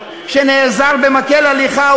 שנעזר במקל הליכה,